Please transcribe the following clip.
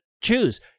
choose